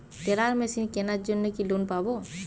Teller machine কেনার জন্য কি লোন পাব?